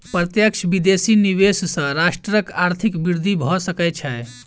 प्रत्यक्ष विदेशी निवेश सॅ राष्ट्रक आर्थिक वृद्धि भ सकै छै